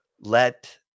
Let